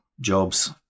jobs